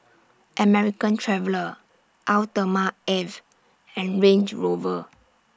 American Traveller Eau Thermale Avene and Range Rover